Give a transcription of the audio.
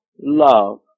love